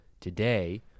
today